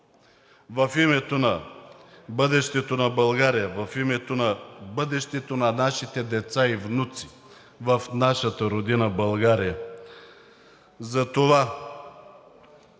в името на бъдещето на България, в името на бъдещето на нашите деца и внуци в нашата родина България.